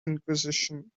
inquisition